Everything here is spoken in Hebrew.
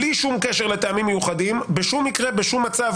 בלי שום קשר ל"טעמים מיוחדים" בשום מקרה ובשום מצב